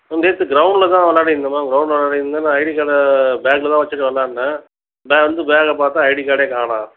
ma'am நேற்று க்ரௌண்டில் தான் விளையாடிட்டு இருந்தேன் மேம் க்ரௌண்டில் விளையாடிட்டு இருந்தேன் நான் ஐடி கார்டை பேக்கில் தான் வைச்சிட்டு விளாண்டேன் நான் வந்து பேக்கை பார்த்தா ஐடி கார்டை காணோம்